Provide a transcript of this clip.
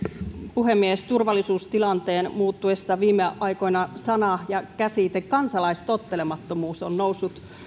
puhemies turvallisuustilanteen muututtua viime aikoina sana ja käsite kansalaistottelemattomuus on noussut